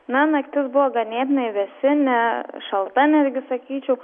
na naktis buvo ganėtinai vėsi ne šalta netgi sakyčiau